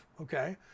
Okay